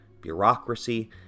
bureaucracy